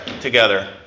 together